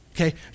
Okay